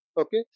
okay